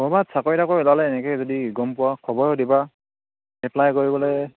ক'ৰবাত চাকৰি তাকৰি ওলালে এনেকৈ যদি গম পোৱা খবৰো দিবা এপ্লাই কৰিবলৈ